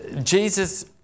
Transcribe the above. Jesus